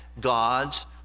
God's